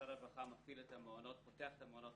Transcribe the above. משרד הרווחה פותח את המעונות,